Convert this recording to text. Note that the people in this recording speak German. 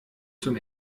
zum